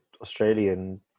Australian